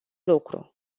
lucru